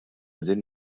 qegħdin